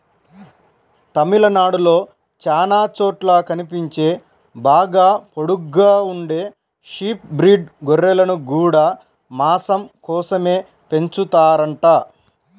తమిళనాడులో చానా చోట్ల కనిపించే బాగా పొడుగ్గా ఉండే షీప్ బ్రీడ్ గొర్రెలను గూడా మాసం కోసమే పెంచుతారంట